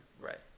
Right